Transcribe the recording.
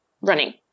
running